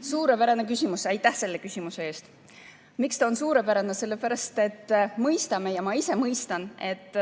Suurepärane küsimus. Aitäh selle küsimuse eest! Miks ta on suurepärane? Sellepärast, et me mõistame ja ma ise mõistan, et